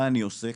אני עוסק,